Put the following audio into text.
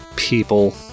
People